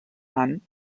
han